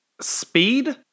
speed